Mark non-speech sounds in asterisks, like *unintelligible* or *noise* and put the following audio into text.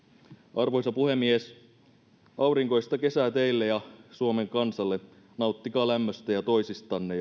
arvoisa puhemies aurinkoista kesää teille ja suomen kansalle nauttikaa lämmöstä ja toisistanne *unintelligible*